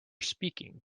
speaking